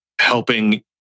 helping